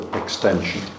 extension